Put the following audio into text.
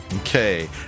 Okay